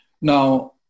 Now